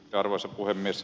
arvoisa puhemies